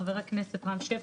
חבר הכנסת רם שפע,